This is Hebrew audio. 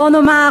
בוא נאמר